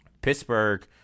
Pittsburgh